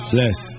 Bless